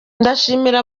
ndashimira